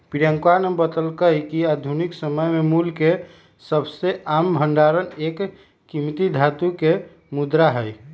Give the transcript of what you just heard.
प्रियंकवा ने बतल्ल कय कि आधुनिक समय में मूल्य के सबसे आम भंडार एक कीमती धातु के मुद्रा हई